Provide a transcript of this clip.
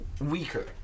weaker